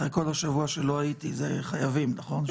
אחרי כל השבוע שלא הייתי, חייבים נכון?